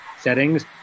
settings